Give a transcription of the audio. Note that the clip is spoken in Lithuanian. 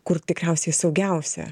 kur tikriausiai saugiausia